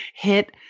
hit